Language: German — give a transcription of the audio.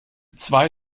zwei